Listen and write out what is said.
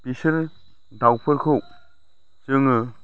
बिसोरो दाउफोरखौ जोङो